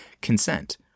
consent